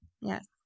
Yes